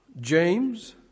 James